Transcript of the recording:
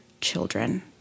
children